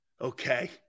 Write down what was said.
Okay